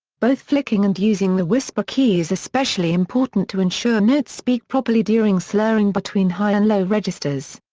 both flicking and using the whisper key is especially important to ensure notes speak properly during slurring between high and low registers.